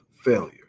failure